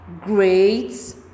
great